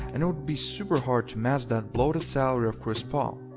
and it would be super hard to match that bloated salary of chris paul,